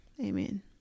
Amen